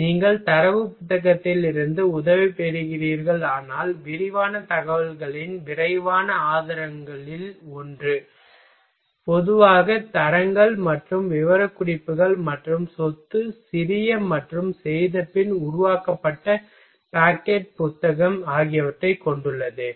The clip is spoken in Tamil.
நீங்கள் தரவு புத்தகத்திலிருந்து உதவி பெறுகிறீர்களானால் விரிவான தகவல்களின் விரைவான ஆதாரங்களில் ஒன்று பொதுவாக தரங்கள் மற்றும் விவரக்குறிப்புகள் மற்றும் சொத்து சிறிய மற்றும் செய்தபின் உருவாக்கப்பட்ட பாக்கெட் புத்தகம் ஆகியவற்றைக் கொண்டுள்ளது